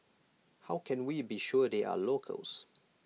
how can we be sure they are locals